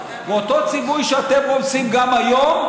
אותו ציווי שאתם רומסים גם היום,